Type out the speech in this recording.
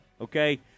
okay